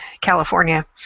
California